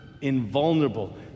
invulnerable